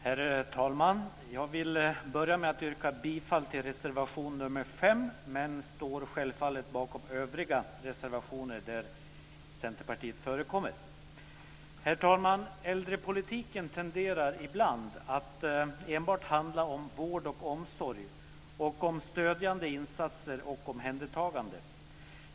Herr talman! Jag vill börja med att yrka bifall till reservation nr 5, men jag står självfallet också bakom övriga reservationer där Centerpartiet förekommer. Herr talman! Äldrepolitiken tenderar ibland att enbart handla om vård och omsorg och om stödjande insatser och omhändertagande.